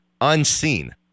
unseen